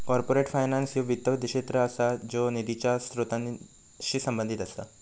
corporate finance ह्यो वित्त क्षेत्र असा ज्यो निधीच्या स्त्रोतांशी संबंधित असा